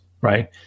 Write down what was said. right